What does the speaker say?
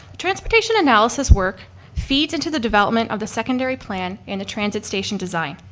transportation analysis work feeds into the development of the secondary plan in the transit station design.